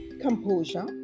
Composure